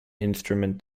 instrument